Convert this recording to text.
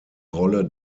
rolle